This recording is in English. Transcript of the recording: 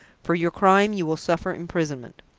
for your crime you will suffer imprisonment